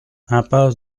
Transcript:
impasse